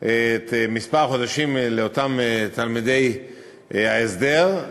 כמה חודשים לאותם תלמידי ההסדר,